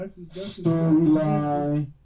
Storyline